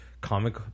comic